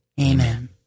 Amen